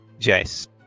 Jace